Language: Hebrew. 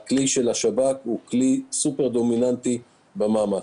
הכלי של השב"כ הוא כלי סופר-דומיננטי במאמץ.